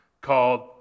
called